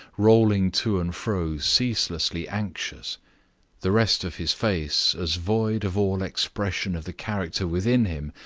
rolling to and fro ceaselessly anxious the rest of his face as void of all expression of the character within him,